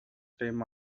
came